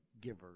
givers